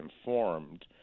informed